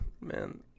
man